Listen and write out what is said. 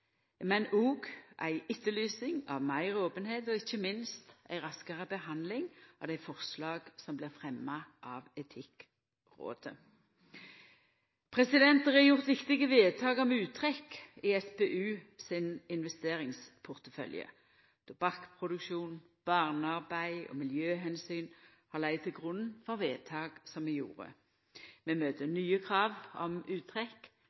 men òg at ein etterlyste både meir openheit og ikkje minst ei raskare behandling av dei forslaga som blir fremma av Etikkrådet. Det er gjort viktige vedtak om uttrekk i SPU sin investeringsportefølje. Tobakksproduksjon, barnearbeid og miljøomsyn har lege til grunn for uttrekk i vedtak som er gjorde. Vi møter nye krav om uttrekk.